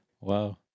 Wow